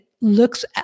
looks